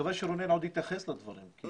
מקווה שרונן ממח"ש עוד יתייחס לדברים כי